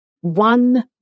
one